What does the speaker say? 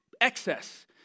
excess